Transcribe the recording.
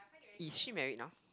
is she married now